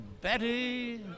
Betty